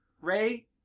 ray